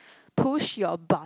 push your bu~